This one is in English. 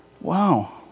Wow